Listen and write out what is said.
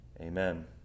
Amen